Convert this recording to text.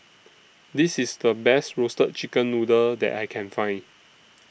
This IS The Best Roasted Chicken Noodle that I Can Find